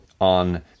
on